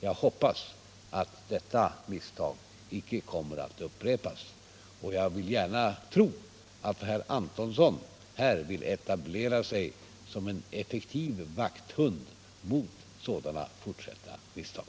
Jag hoppas att detta misstag inte kommer att upprepas, och jag vill gärna tro att herr Antonsson här vill etablera sig som en effektiv vakthund för att hindra sådana fortsatta misstag.